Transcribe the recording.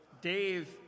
Dave